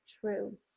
true